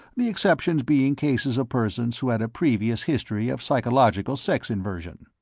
the exceptions being cases of persons who had a previous history of psychological sex-inversion.